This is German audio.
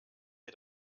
wir